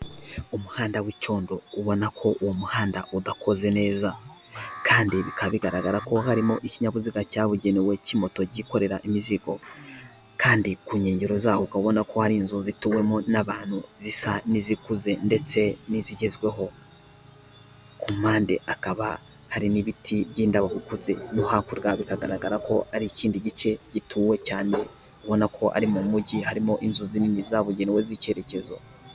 Umuhanda w'icyodo ubona ko uwo muhanda udakoze neza kandi bikaba bigaragara ko harimo ikinyabiziga cyabugenewe cy'imoto yikorera imizigo kandi ku nkengero zawo, ukaba ubona ko hari inzu zituwemo n'abantu, zisa n'izikuze ndetse n'izigezweho. Ku mpande hakaba hari n'ibiti by'indabo bikuze, no hakurya bikagaragara ko ari ikindi gice gituwe cyane, ubona ko ari mu mujyi, harimo inzu zinini zabugenewe z'icyerekezo.